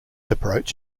approach